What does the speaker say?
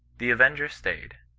the avengbb stayed.